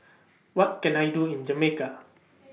What Can I Do in Jamaica